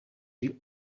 die